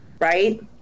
right